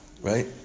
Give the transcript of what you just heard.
right